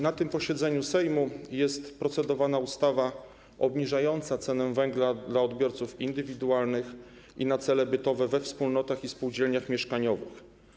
Na tym posiedzeniu Sejmu jest procedowana ustawa obniżająca cenę węgla dla odbiorców indywidualnych i na cele bytowe we wspólnotach i spółdzielniach mieszkaniowych.